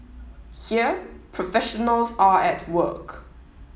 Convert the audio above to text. here professionals are at work